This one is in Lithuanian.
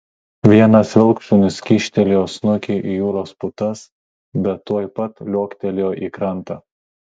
vienas vilkšunis kyštelėjo snukį į jūros putas bet tuoj pat liuoktelėjo į krantą